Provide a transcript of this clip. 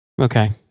Okay